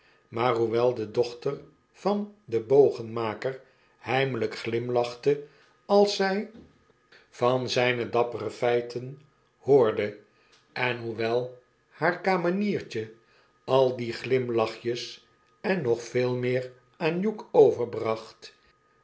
maar hoewel de dochter van den bogenmaker heimelp glimlachte als zij van zjne dappere feiten hoorde en hoewel haar kameniertje al die glimlachjes en nog veel meer aan hugh overbracht